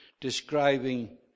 describing